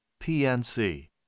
PNC